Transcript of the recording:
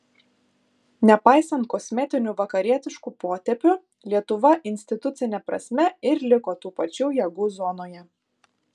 nepaisant kosmetinių vakarietiškų potėpių lietuva institucine prasme ir liko tų pačių jėgų zonoje